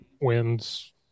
wins